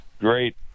Great